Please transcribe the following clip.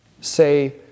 say